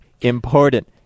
important